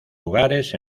lugares